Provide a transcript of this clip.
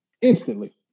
Instantly